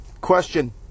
Question